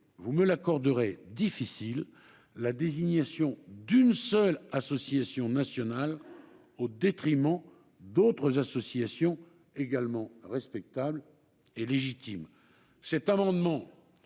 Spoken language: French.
vous me l'accorderez, la désignation d'une seule association nationale, au détriment d'autres associations tout aussi respectables et légitimes.